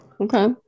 Okay